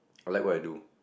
I like what I do